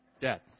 Debt